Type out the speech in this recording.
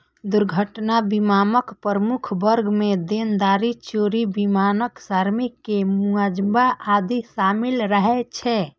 दुर्घटना बीमाक प्रमुख वर्ग मे देनदारी, चोरी, विमानन, श्रमिक के मुआवजा आदि शामिल रहै छै